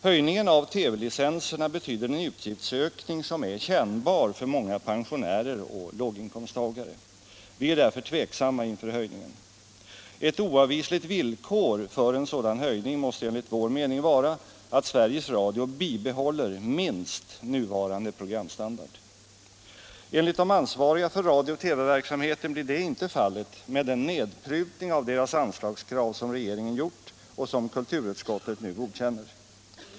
Höjningen av TV-licenserna betyder en utgiftsökning som är kännbar för många pensionärer och låginkomsttagare. Vi är därför tveksamma inför höjningen. Ett oavvisligt villkor för en sådan höjning måste enligt vår mening vara att Sveriges Radio bibehåller minst nuvarande programstandard. Enligt de för radiooch TV-verksamheten ansvariga blir detta inte fallet med den nedprutning av anslagskraven som regeringen gjort och som kulturutskottet nu godkänt.